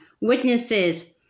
witnesses